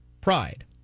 pride